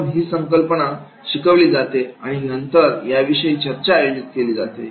प्रथम ही संकल्पना शिकवली जाते आणि नंतर याविषयी चर्चा आयोजित करण्यात येते